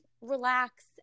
relax